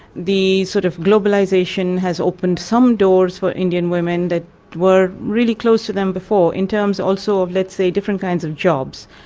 the sort of globalisation has opened some doors for indian women that were really closed to them before, in terms also of let's say different kinds of jobs.